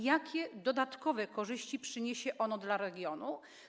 Jakie dodatkowe korzyści przyniesie ono dla regionu?